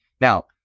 now